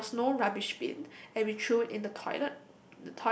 but there was no rubbish bin and we threw in the toilet